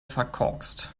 verkorkst